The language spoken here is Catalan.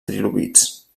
trilobits